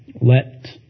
Let